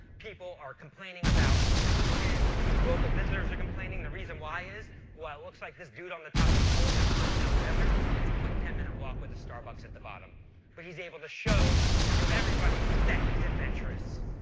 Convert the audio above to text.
people are complaining about pollution, local visitors are complaining. the reason why is while it looks like this dude on the top of the pole just climbed mount everest, it's a quick ten minute walk with a starbucks at the bottom but he's able to show to everybody that he's adventurous.